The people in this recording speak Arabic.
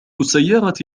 السيارة